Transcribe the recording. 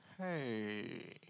Hey